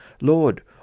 Lord